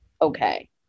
okay